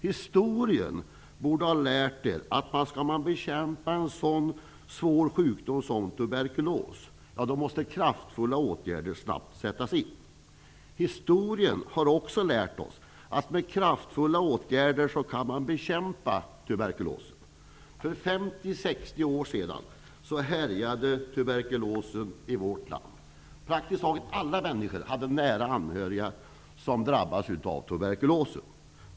Historien borde ha lärt er att om man skall bekämpa en sådan svår sjukdom som tuberkulos så måste kraftfulla åtgärder snabbt sättas in. Historien har lärt oss att man faktiskt kan bekämpa tuberkulos med kraftfulla åtgärder. För 50--60 år sedan härjade tuberkulosen i vårt land. Praktiskt taget alla människor hade nära anhöriga som drabbats av tuberkulos.